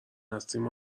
هستیم